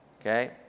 Okay